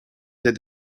that